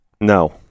No